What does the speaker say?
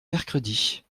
mercredi